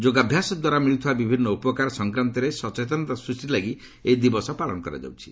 ଯୋଗାଭ୍ୟାସ ଦ୍ୱାରା ମିଳୁଥିବା ବିଭିନ୍ନ ଉପକାର ସଂକ୍ରାନ୍ତରେ ସଚେତନତା ସୃଷ୍ଟି ଲାଗି ଏହି ଦିବସ ପାଳନ କରାଯାଉଛି